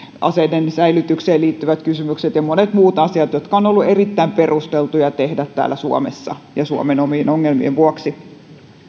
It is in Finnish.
aseiden säilytykseen liittyvät kysymykset ja monet muut asiat jotka ovat olleet erittäin perusteltuja tehdä täällä suomessa suomen omien ongelmien vuoksi